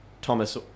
Thomas